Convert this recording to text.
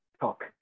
talk